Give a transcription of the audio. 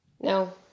No